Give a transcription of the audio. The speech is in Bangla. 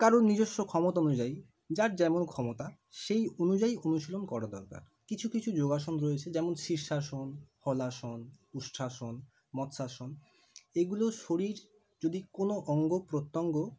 কারোর নিজস্ব ক্ষমতা অনুযায়ী যার যেমন ক্ষমতা সেই অনুযায়ী অনুশীলন করা দরকার কিছু কিছু যোগাসন রয়েছে যেমন শীর্ষাসন হলাসন উষ্ট্রাসন মৎস্যাসন এগুলো শরীর যদি কোনও অঙ্গপ্রত্যঙ্গ